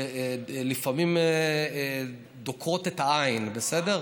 שלפעמים דוקרות את העין, בסדר?